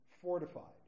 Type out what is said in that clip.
fortified